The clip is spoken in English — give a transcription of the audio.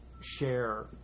share